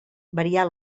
variar